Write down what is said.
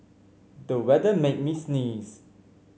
the weather made me sneeze